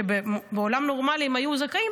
שבעולם נורמלי הם היו זכאים,